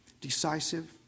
decisive